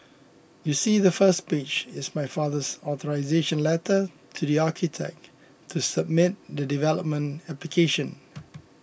you see the first page is my father's authorisation letter to the architect to submit the development application